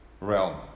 realm